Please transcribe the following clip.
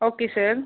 okay sir